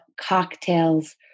cocktails